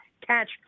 catch